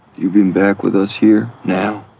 you being back with us here, now.